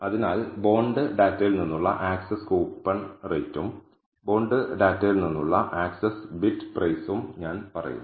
അതിനാൽ ബോണ്ട് ഡാറ്റയിൽ നിന്നുള്ള ആക്സസ് കൂപ്പൺ നിരക്കും ബോണ്ട് ഡാറ്റയിൽ നിന്നുള്ള ആക്സസ് ബിഡ് പ്രൈസും ഞാൻ പറയുന്നു